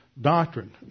doctrine